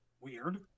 weird